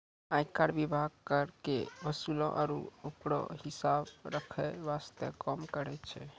आयकर विभाग कर के वसूले आरू ओकरो हिसाब रख्खै वास्ते काम करै छै